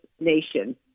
nation